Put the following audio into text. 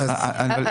--- אדוני,